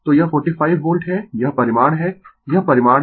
तो यह 45 वोल्ट है यह परिमाण है यह परिमाण है